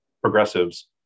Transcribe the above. progressives